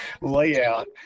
layout